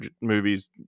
movies